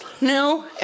No